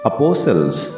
Apostles